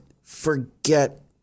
Forget